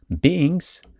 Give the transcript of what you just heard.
beings